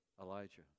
Elijah